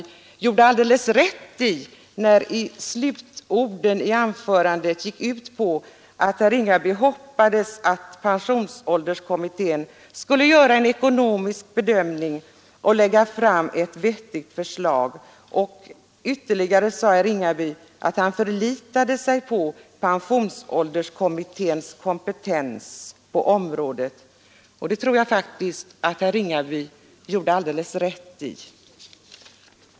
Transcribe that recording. Slutorden i herr Ringabys anförande gick ut på att han hoppades att pensionsålderskommittén skulle göra en ekonomisk bedömning och lägga fram ett vettigt förslag. Och ytterligare sade herr Ringaby att han förlitade sig på pensionsålderskommitténs kompetens på området. Det tror jag att herr Ringaby gjorde alldeles rätt i.